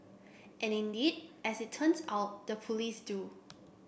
and indeed as it turns out the police do